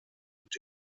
und